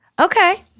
okay